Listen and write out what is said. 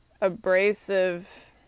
abrasive